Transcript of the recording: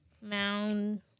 Mound